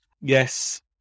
Yes